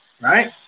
right